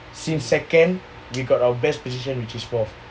since second we got our best position which is fourth